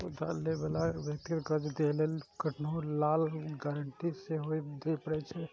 उधार लै बला व्यक्ति कें कर्ज दै लेल कखनहुं काल गारंटी सेहो दियै पड़ै छै